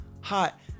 hot